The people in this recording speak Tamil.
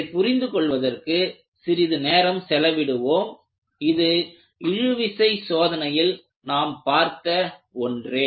இதைப் புரிந்துகொள்வதற்கு சிறிது நேரம் செலவிடுவோம் இது இழுவிசை சோதனையில் நாம் பார்த்த ஒன்றே